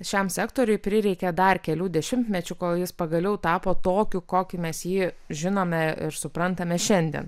šiam sektoriui prireikė dar kelių dešimtmečių kol jis pagaliau tapo tokiu kokį mes jį žinome ir suprantame šiandien